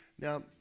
Now